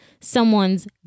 someone's